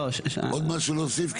עוד משהו להוסיף?